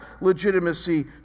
legitimacy